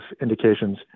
indications